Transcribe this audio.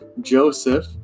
Joseph